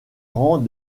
rangs